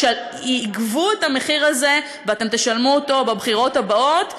יגבו את המחיר הזה ואתם תשלמו אותו בבחירות הבאות.